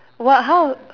what how